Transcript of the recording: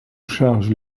charge